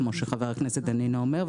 כמו שחבר הכנסת דנינו אומר.